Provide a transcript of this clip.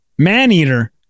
Maneater